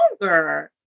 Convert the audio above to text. longer